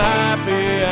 happy